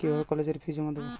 কিভাবে কলেজের ফি জমা দেবো?